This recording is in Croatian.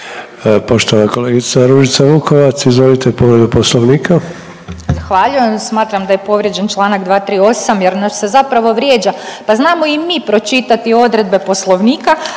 Poštovana kolegica Ružica Vukovac, izvolite povredu Poslovnika. **Vukovac, Ružica (Nezavisni)** Zahvaljujem. Smatram da je povrijeđen Članak 238. jer nas se zapravo vrijeđa, pa znamo i mi pročitati odredbe Poslovnika,